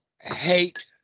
hate